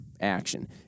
action